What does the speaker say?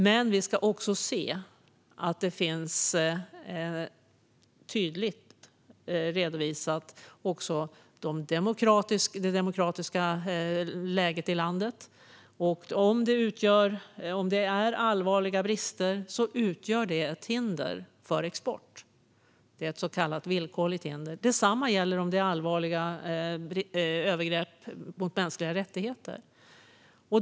Men vi ska också se till att det finns en tydlig redovisning av det demokratiska läget i landet. Om det finns allvarliga brister utgör detta ett hinder för export, ett så kallat villkorligt hinder. Detsamma gäller om det förekommer allvarliga övergrepp mot mänskliga rättigheter.